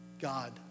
God